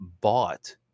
bought